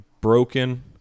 broken